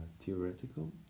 theoretical